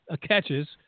catches